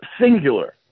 singular